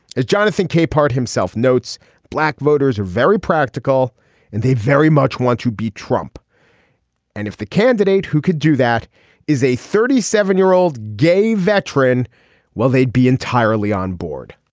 as jonathan capehart himself notes black voters are very practical and they very much want to be trump and if the candidate who could do that is a thirty seven year old gay veteran well they'd be entirely onboard